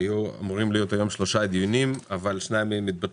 היו אמורים להיות היום שלושה דיונים אבל שניים מהם התבטלו,